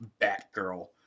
Batgirl